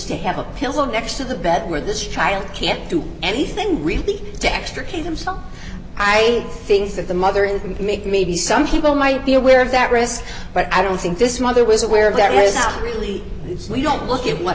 to have a pillow next to the bed where this child can't do anything really to extricate himself i think that the mother and make maybe some people might be aware of that risk but i don't think this mother was aware of that was not really we don't look at what